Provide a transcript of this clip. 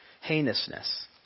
heinousness